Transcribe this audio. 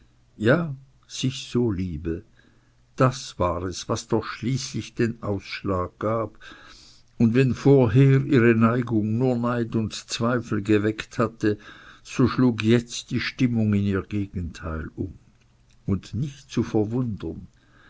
ja sich so liebe das war es was doch schließlich den ausschlag gab und wenn vorher ihre neigung nur neid und zweifel geweckt hatte so schlug jetzt die stimmung in ihr gegenteil um und nicht zu verwundern